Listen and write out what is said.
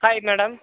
hi madam